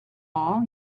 all